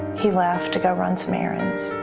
he left to go run some errands,